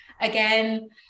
Again